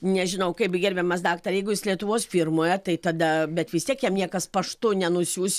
nežinau kaip gerbiamas daktare jeigu jis lietuvos firmoje tai tada bet vis tiek jam niekas paštu nenusiųs